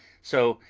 so,